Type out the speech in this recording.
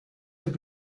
have